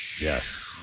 Yes